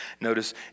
Notice